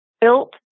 built